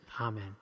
Amen